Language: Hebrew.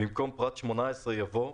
במקום פרט 18 יבוא: